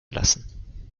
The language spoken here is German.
lassen